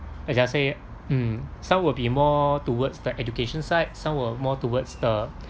as I say um some will be more towards the education side some were more towards the